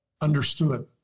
understood